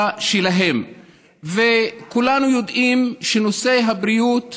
הישיבה הראשונה שאני מדבר בה בראשות כבודך.